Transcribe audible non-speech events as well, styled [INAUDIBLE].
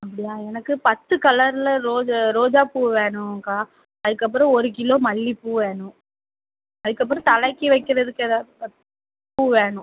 அப்படியா எனக்கு பத்து கலரில் ரோஜா ரோஜாப்பூ வேணும்க்கா அதுக்கப்புறம் ஒரு கிலோ மல்லிகைப்பூ வேணும் அதுக்கப்புறம் தலைக்கி வைக்கிறதுக்கு ஏதாவது [UNINTELLIGIBLE] பூ வேணும்